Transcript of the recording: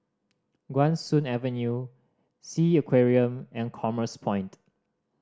Guan Soon Avenue Sea Aquarium and Commerce Point